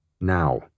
now